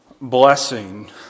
blessing